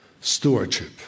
stewardship